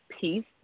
peace